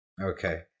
Okay